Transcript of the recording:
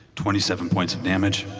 twenty seven points of damage.